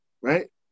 right